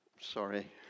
Sorry